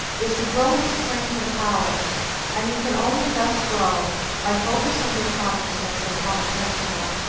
is to grow in strength and power and you can only thus grow by focusing your consciousness upon a principle.